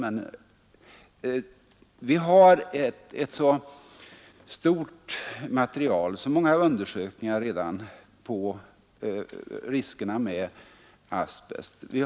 Vi har emellertid redan ett stort material i form av undersökningar som gjorts beträffande riskerna med asbest.